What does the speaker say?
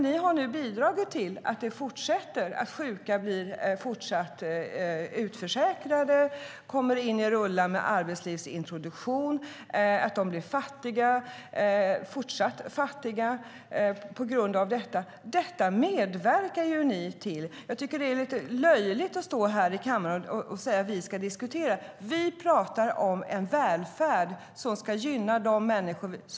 Ni har nu bidragit till att sjuka fortsatt blir utförsäkrade, att de kommer in i rullar med arbetslivsintroduktion och att de blir fortsatt fattiga på grund av detta. Detta medverkar ni till. Vi pratar om en välfärd som ska gynna människor.